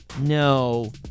no